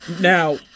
Now